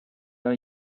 are